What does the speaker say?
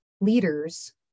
leaders